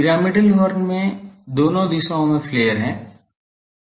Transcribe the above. pyramidal horn में दोनों दिशाओं में फ्लेयर हैं